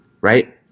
right